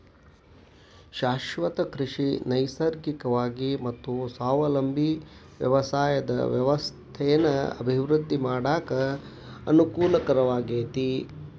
ಶಾಶ್ವತ ಕೃಷಿ ನೈಸರ್ಗಿಕವಾಗಿ ಮತ್ತ ಸ್ವಾವಲಂಬಿ ವ್ಯವಸಾಯದ ವ್ಯವಸ್ಥೆನ ಅಭಿವೃದ್ಧಿ ಮಾಡಾಕ ಅನಕೂಲಕರವಾಗೇತಿ